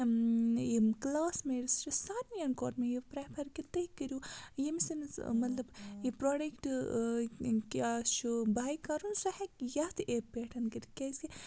یِم classmates چھِ سارنِیَن کوٚر مےٚ یہِ پرٛٮ۪فَر کہِ تُہۍ کٔرِو ییٚمِس ییٚمِس مطلب یہِ پرٛوڈَٮ۪کٹ کیٛاہ چھُ باے کَرُن سُہ ہٮ۪کہِ یَتھ ایپہٕ پٮ۪ٹھ کٔرِتھ کیٛازِکہِ